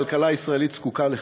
הכלכלה הישראלית זקוקה לך.